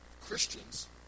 Christians